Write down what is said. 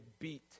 beat